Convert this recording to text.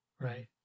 Right